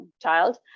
child